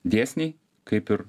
dėsniai kaip ir